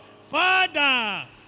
Father